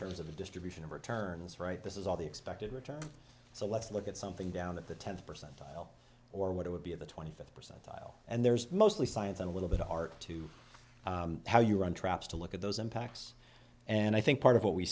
terms of the distribution of returns right this is all the expected return so let's look at something down at the ten percentile or what it would be of the twenty five percent and there's mostly science and a little bit of art to how you run traps to look at those impacts and i think part of what we